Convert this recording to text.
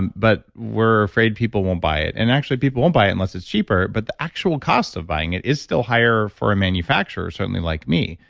and but we're afraid people won't buy it and actually people won't buy it unless it's cheaper but the actual costs of buying it is still higher for a manufacturer certainly like me.